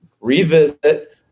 revisit